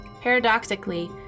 Paradoxically